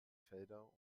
felder